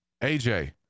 AJ